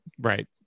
Right